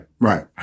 Right